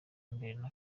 mbere